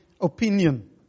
opinion